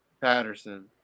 Patterson